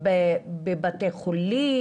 בבתי חולים?